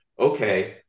okay